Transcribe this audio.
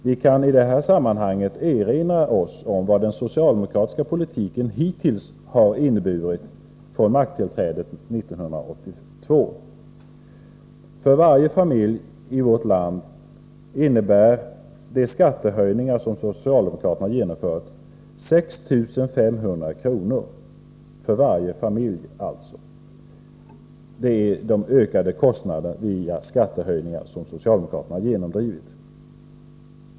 Vi kan i detta sammanhang erinra oss vad den socialdemokratiska politiken hittills från maktskiftet 1982 inneburit. För varje familj i vårt land innebär de skattehöjningar som socialdemokraterna genomdrivit kostnadsökningar på 6 500 kr.